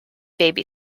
baby